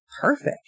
perfect